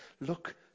Look